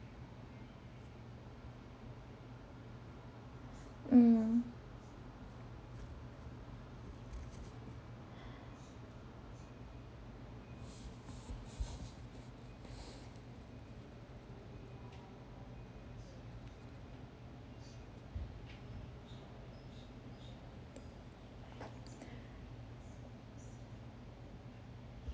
mm